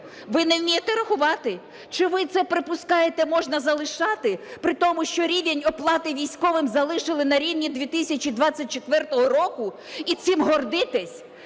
Ви не вмієте рахувати, чи ви це припускаєте, можна залишати, при тому, що рівень оплати військовим залишили на рівні 2024 року, і цим гордитесь?